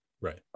Right